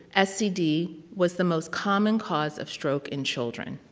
scd was the most common cause of stroke in children.